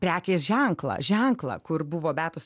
prekės ženklą ženklą kur buvo beatos